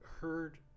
heard